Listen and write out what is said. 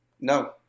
No